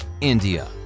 India